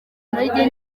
intege